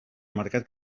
mercat